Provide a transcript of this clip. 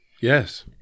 Yes